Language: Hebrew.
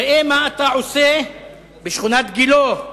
ראה מה אתה עושה בשכונת גילה,